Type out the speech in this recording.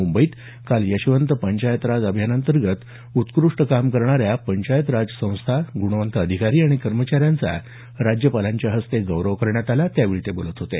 मुंबईत काल यशवंत पंचायत राज अभियानांतर्गत उत्कृष्ट काम करणाऱ्या पंचायत राज संस्था गुणवंत अधिकारी आणि कर्मचाऱ्यांचा राज्यपालांच्या हस्ते गौरव करण्यात आला त्यावेळी ते बोलत होते